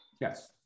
Yes